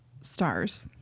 Stars